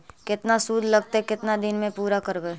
केतना शुद्ध लगतै केतना दिन में पुरा करबैय?